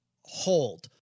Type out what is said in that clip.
Hold